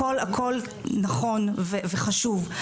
הכול נכון וחשוב.